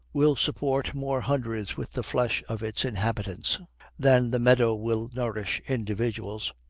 will support more hundreds with the flesh of its inhabitants than the meadow will nourish individuals.